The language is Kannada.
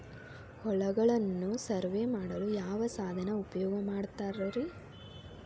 ಹೊಲಗಳನ್ನು ಸರ್ವೇ ಮಾಡಲು ಯಾವ ಸಾಧನ ಉಪಯೋಗ ಮಾಡ್ತಾರ ರಿ?